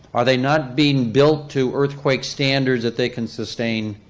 are they not being built to earthquake standards that they can sustain,